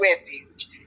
refuge